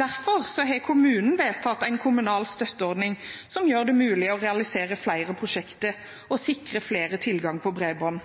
Derfor har kommunen vedtatt en kommunal støtteordning som gjør det mulig å realisere flere prosjekter og sikre flere tilgang til bredbånd.